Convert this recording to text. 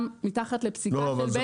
גם מתחת לפסיקת בית המשפט.